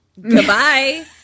Goodbye